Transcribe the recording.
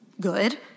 good